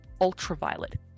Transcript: ultraviolet